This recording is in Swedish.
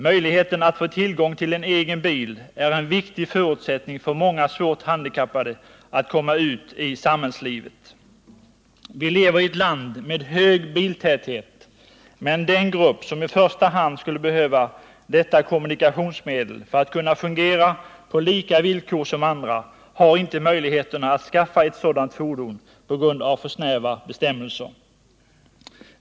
Möjligheten att få tillgång till en egen bil är en viktig förutsättning för många svårt handikappade när det gäller att komma ut i samhällslivet. Vi lever i ett land med hög biltäthet, men den grupp som i första hand skulle behöva detta kommunikationsmedel för att kunna fungera på samma villkor som andra har inte möjligheterna att skaffa ett sådant fordon på grund av för snäva bestämmelser.